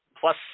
plus